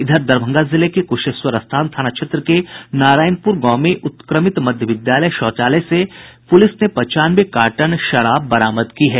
इधर दरभंगा जिले के कुशेश्वरस्थान थाना क्षेत्र के नारायणपुर गांव में उत्क्रमित मध्य विद्यालय के शौचालय से पुलिस ने पचानवे कार्टन विदेशी शराब बरामद की है